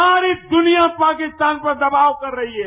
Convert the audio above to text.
सारी दुनिया पाकिस्तान पर दबाव कर रही है